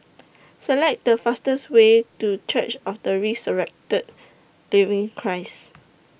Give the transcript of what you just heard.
Select The fastest Way to Church of The Resurrected Living Christ